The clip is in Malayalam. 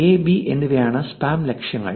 A B എന്നിവയാണ് സ്പാം ലക്ഷ്യങ്ങൾ